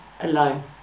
alone